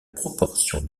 proportion